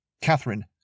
Catherine